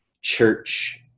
church